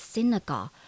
Synagogue